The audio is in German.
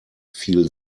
viel